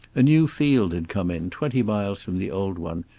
a new field had come in, twenty miles from the old one,